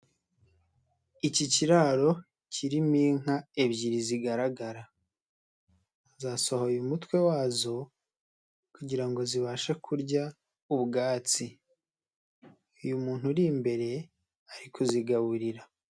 Iki kiraro kirimo inka ebyiri zigaragara, zasohoye umutwe wazo kugira ngo zibashe kurya ubwatsi, uyu muntu uri imbere ari kuzigaburira.